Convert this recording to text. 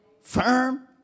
firm